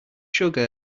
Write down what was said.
sugar